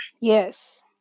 Yes